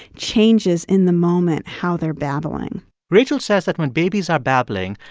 changes in the moment how they're babbling rachel says that when babies are babbling,